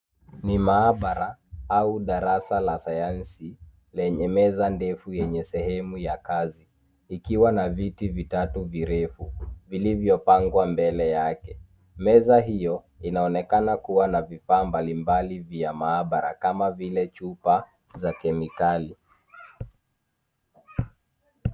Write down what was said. Ni maabara au darasa la sayansi lenye meza ndefu yenye sehemu ya kazi ikiwa na viti vitatu virefu vilivyopangwa mbele yake ,meza hiyo inaonekana kuwa na vifaa mbalimbali vya maabara kama vile chupa za kemikali.